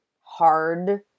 hard